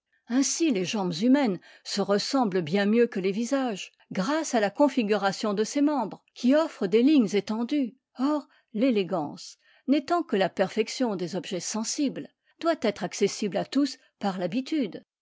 ainsi les jambes humaines se ressemblent bien mieux que les visages grâce à la configuration de ces membres qui offrent des lignes étendues or l'élégance n'étant que la perfection des objets sensibles doit être accessible à tous par l'habitude